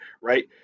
right